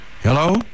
Hello